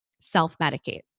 self-medicate